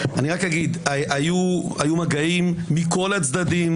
אני רק אגיד: היו מגעים מכל הצדדים.